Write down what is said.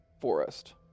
forest